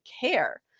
care